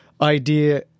idea